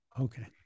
Okay